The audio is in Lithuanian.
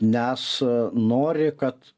nes nori kad